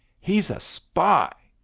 he's a spy!